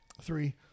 three